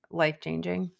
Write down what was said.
life-changing